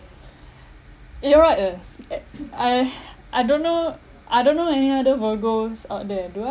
you're right eh I I don't know I don't know any other virgos out there do I